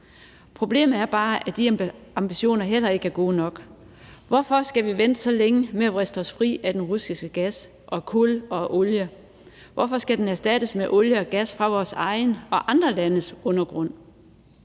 Problemet er bare, at de ambitioner heller ikke er gode nok. Hvorfor skal vi vente så længe med at vriste os fri af den russiske gas og kul og olie? Hvorfor skal den erstattes med olie og gas fra vores egen og andre landes undergrund?